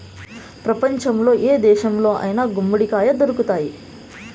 ప్రపంచంలో ఏ దేశంలో అయినా గుమ్మడికాయ దొరుకుతాయి